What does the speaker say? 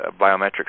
biometric